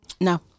No